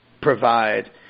provide